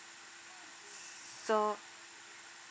so